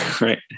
right